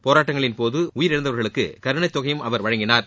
போராட்டங்களின்போது உயிரிழந்தவர்களுக்கு கருணைத் தொகையையும் அவர் வழங்கினார்